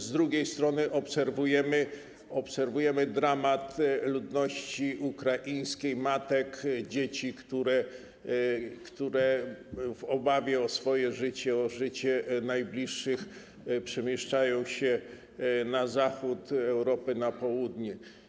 Z drugiej strony obserwujemy dramat ludności ukraińskiej, matek, dzieci, które w obawie o swoje życie, o życie najbliższych przemieszczają się na zachód Europy, na południe.